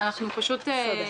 קודם כול,